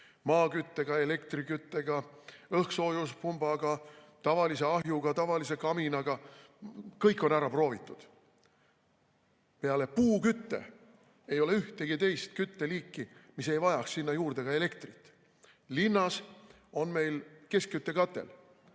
maaküttega, elektriküttega, õhksoojuspumbaga, tavalise ahjuga, tavalise kaminaga. Kõik on ära proovitud. Peale puukütte ei ole ühtegi teist kütteliiki, mis ei vajaks sinna juurde ka elektrit. Linnas on meil keskküttekatel.